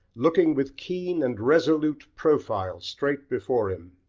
looking with keen and resolute profile straight before him,